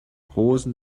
rosen